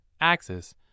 Axis